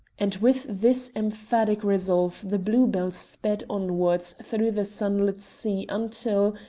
and with this emphatic resolve the blue-bell sped onwards through the sunlit sea until,